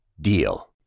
DEAL